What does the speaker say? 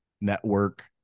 network